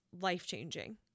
life-changing